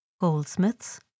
Goldsmiths